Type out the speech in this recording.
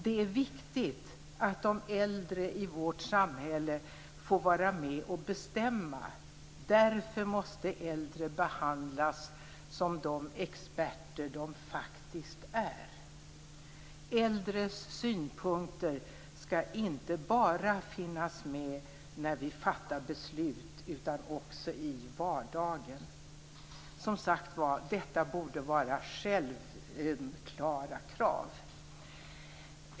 Det är viktigt att de äldre i vårt samhälle får vara med och bestämma. Därför måste äldre behandlas som de experter som de faktiskt är. Äldres synpunkter skall inte bara finnas med när vi fattar beslut utan också i vardagen. Som sagt var, detta borde vara självklara krav.